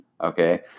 okay